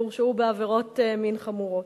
שהורשעו בעבירות מין חמורות.